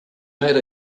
met